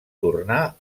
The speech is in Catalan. tornar